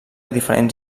diferents